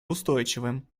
устойчивым